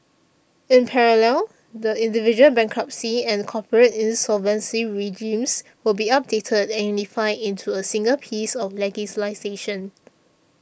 in parallel the individual bankruptcy and corporate insolvency regimes will be updated and unified into a single piece of